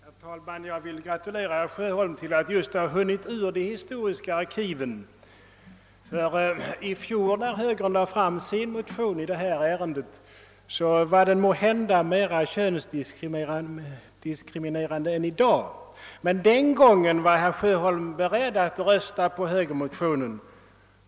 Herr talman! Jag vill gratulera herr Sjöholm till att ha hunnit fram ur »de historiska arkiven». När högern i fjol lade fram sin motion i detta ärende var den måhända mera könsdiskriminerande än i dag, men den gången var herr Sjöholm beredd att rösta för högermotionen.